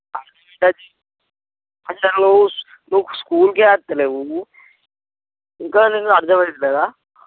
అసలు నువ్వు నువ్వు స్కూల్కే వస్తలేవు ఇంకా నీకు అర్థమవుతలేదా